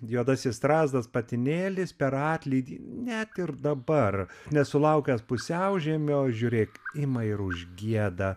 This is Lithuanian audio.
juodasis strazdas patinėlis per atlydį net ir dabar nesulaukęs pusiaužiemio žiūrėk ima ir užgieda